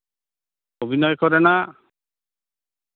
ᱚᱵᱷᱤᱱᱚᱭ ᱠᱚᱨᱮᱱᱟᱜ